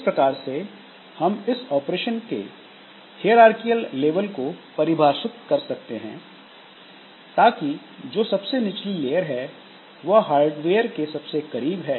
इस प्रकार से हम इस ऑपरेशन के हेयरआर्कियल लेवल को परिभाषित कर सकते हैं ताकि जो सबसे निचली लेयर है वह हार्डवेयर के सबसे करीब है